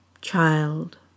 Child